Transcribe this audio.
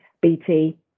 BT